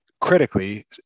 critically